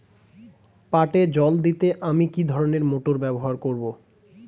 পাটে জল দিতে আমি কি ধরনের মোটর ব্যবহার করব?